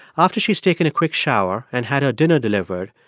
after she's taken a quick shower and had her dinner delivered,